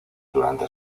durante